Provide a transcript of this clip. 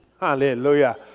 Hallelujah